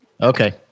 Okay